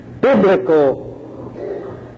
biblical